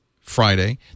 Friday